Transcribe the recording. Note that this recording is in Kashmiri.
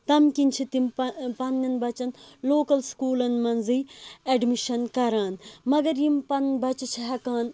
تَمہِ کِنۍ چھِ تِم پا پنہٕ نٮ۪ن بَچَن لوکَل سکوٗلَن منٛزٕے ایٚڈمِشَن کَران مَگَر یِم پنٕنۍ بَچہِ چھ ہیٚکان